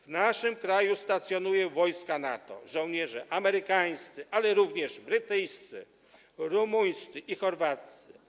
W naszym kraju stacjonują wojska NATO, żołnierze amerykańscy, ale również brytyjscy, rumuńscy i chorwaccy.